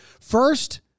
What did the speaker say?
first